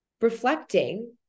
reflecting